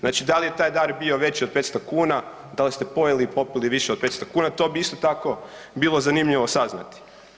Znači da li je taj dar bio veći od 500 kuna, da li ste pojeli i popili više od 500 kuna, to bi isto tako bilo zanimljivo saznati.